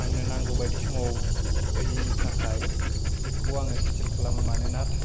आंनो नांगौ बायदि समाव फैयैनि थाखाय खेबखौ आङो खेनसेल खालामो मानोना